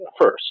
first